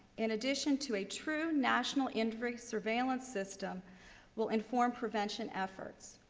in addition to a true national injury surveillance system will inform prevention efforts.